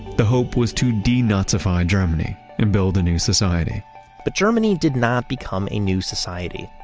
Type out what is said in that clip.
the hope was to de-nazify germany and build a new society but germany did not become a new society.